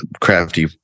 crafty